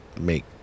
make